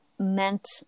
Meant